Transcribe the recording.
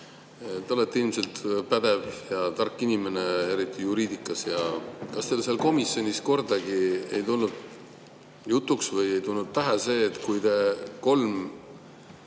Te olete ilmselt pädev ja tark inimene, eriti juriidikas. Kas teil seal komisjonis ei tulnud kordagi jutuks või ei tulnud pähe see, et kui te kolm